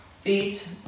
feet